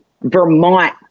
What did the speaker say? Vermont